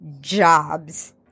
Jobs